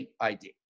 ID